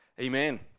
Amen